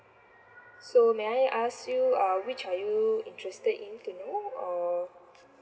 so may I ask you uh which are you interested in to know or